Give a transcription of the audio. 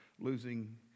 Losing